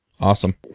Awesome